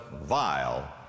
vile